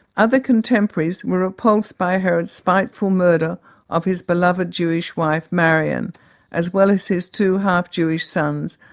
other contemporaries were repulsed by herod's spiteful murder of his beloved jewish wife, marianne as well as his two half-jewish sons,